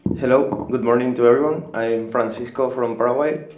hello. good morning to everyone. i am fran cisco from paraguay,